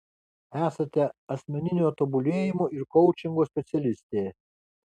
esate asmeninio tobulėjimo ir koučingo specialistė